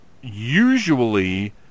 usually